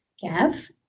Gav